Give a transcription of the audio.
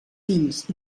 fills